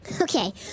Okay